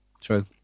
True